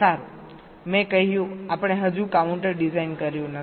સારું મેં કહ્યું આપણે હજુ કાઉન્ટર ડિઝાઇન કર્યું નથી